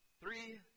Three